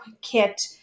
kit